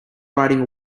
riding